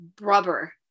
rubber